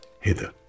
hither